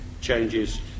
changes